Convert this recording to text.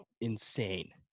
insane